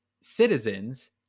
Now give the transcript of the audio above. citizens